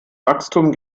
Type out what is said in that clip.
wachstum